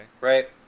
Right